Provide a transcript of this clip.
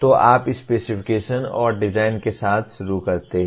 तो आप स्पेसिफिकेशन्स और डिजाइन के साथ शुरू करते हैं